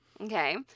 Okay